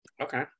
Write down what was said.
Okay